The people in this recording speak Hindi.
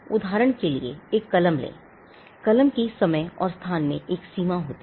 उदाहरण के लिए एक कलम लें कलम की समय और स्थान में एक सीमा होती है